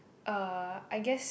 uh I guess